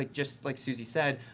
like just like susie said,